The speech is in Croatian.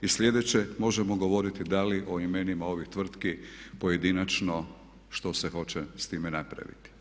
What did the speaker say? I sljedeće, možemo govoriti da li o imenima ovih tvrtki pojedinačno što se hoće s time napraviti.